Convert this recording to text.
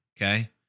Okay